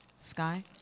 Sky